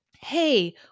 hey